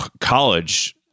college